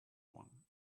one